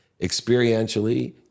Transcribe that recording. experientially